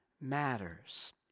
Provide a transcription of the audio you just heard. matters